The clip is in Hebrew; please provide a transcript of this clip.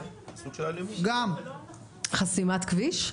חסימת כביש?